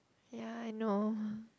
ya I know